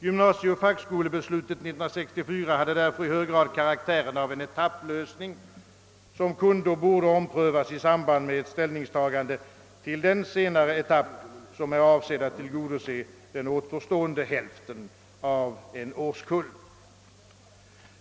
Gymnasieoch fackskolebeslutet år 1964 hade därför i hög grad karaktären av en etapplösning, som kunde och borde omprövas i samband med ett ställningstagande till den senare etapp som är avsedd att tillgodose den återstående hälften av en årskull.